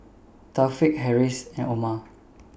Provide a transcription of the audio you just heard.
Taufik Harris and Omar